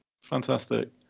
fantastic